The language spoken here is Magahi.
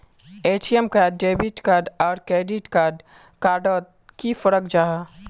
ए.टी.एम कार्ड डेबिट कार्ड आर क्रेडिट कार्ड डोट की फरक जाहा?